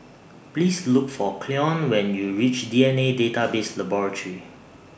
Please Look For Cleone when YOU REACH D N A Database Laboratory